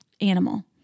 animal